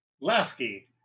Lasky